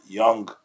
young